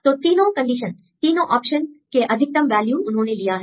तो तीनों कंडीशन तीनों ऑप्शन के अधिकतम वैल्यू उन्होंने लिया है